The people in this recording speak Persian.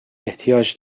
احتیاج